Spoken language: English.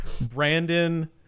Brandon